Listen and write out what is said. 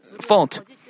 fault